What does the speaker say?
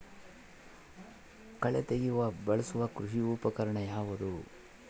ಕಳೆ ತೆಗೆಯಲು ಬಳಸುವ ಕೃಷಿ ಉಪಕರಣ ಯಾವುದು?